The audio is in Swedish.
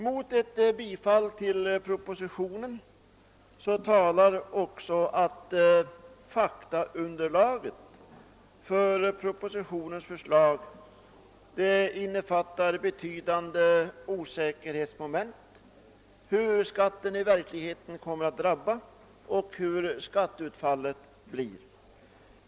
Mot ett bifall till propositionen talar också att faktaunderlaget för propositionens förslag innefattar betydande osäkerhetsmoment. Man vet inte hur skatten i verkligheten kommer att drabba och hur skatteutfallet blir.